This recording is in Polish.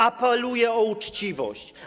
Apeluję o uczciwość.